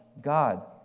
God